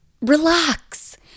relax